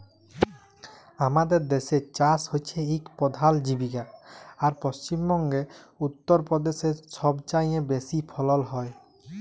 আমাদের দ্যাসে চাষ হছে ইক পধাল জীবিকা আর পশ্চিম বঙ্গে, উত্তর পদেশে ছবচাঁয়ে বেশি ফলল হ্যয়